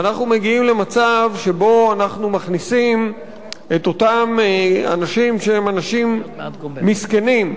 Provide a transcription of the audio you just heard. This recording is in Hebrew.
ואנחנו מגיעים למצב שבו אנחנו מכניסים את אותם אנשים שהם אנשים מסכנים,